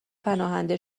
پناهنده